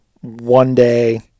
one-day